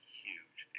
huge